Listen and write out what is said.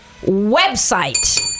website